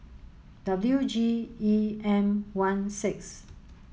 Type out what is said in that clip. W G E M one six